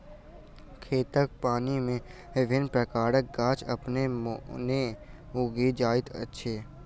खेतक पानि मे विभिन्न प्रकारक गाछ अपने मोने उगि जाइत छै